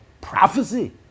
Prophecy